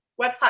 website